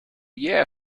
yeah